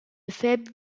faible